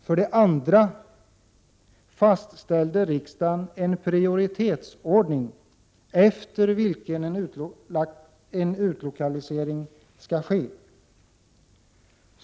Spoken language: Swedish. För det andra fastställde riksdagen en prioritetsordning efter vilken en utlokalisering skall ske.